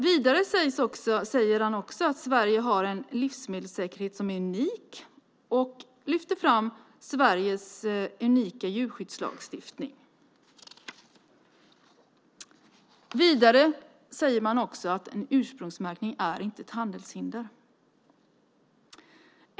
Vidare säger han att Sverige har en livsmedelssäkerhet som är unik och lyfter fram Sveriges unika djurskyddslagstiftning. Vidare säger han också att en ursprungsmärkning inte är ett handelshinder.